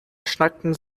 schnacken